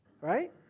right